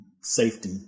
safety